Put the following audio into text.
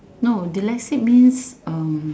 no dyslexic means um